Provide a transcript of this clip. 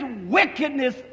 wickedness